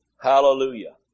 Hallelujah